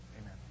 Amen